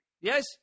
Yes